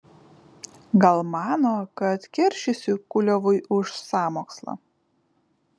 gal mano kad keršysiu kuliavui už sąmokslą